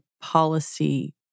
policy